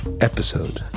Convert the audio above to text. episode